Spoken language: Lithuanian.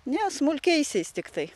ne smulkiaisiais tiktai